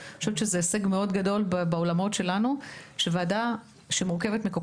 אני חושבת שזה הישג מאוד גדול בעולמות שלנו זה שוועדה שמורכבת מכל